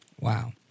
Wow